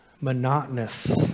monotonous